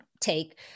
take